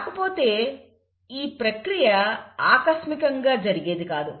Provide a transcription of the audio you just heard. కాకపోతే ఈ ప్రక్రియ ఆకస్మికంగా జరిగేది కాదు